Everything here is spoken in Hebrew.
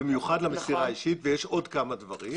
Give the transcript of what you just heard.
במיוחד למסירה האישית, ויש עוד כמה דברים.